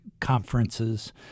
conferences